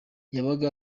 yabaga